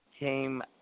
Came